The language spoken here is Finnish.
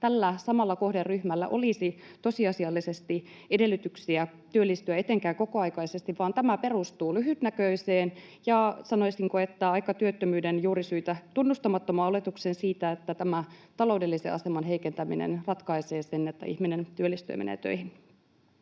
että tällä samalla kohderyhmällä olisi tosiasiallisesti edellytyksiä työllistyä, etenkään kokoaikaisesti, vaan tämä perustuu lyhytnäköiseen ja, sanoisinko, työttömyyden juurisyitä aika tunnustamattomaan oletukseen siitä, että tämä taloudellisen aseman heikentäminen ratkaisee sen, että ihminen työllistyy ja menee töihin.